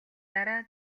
дараа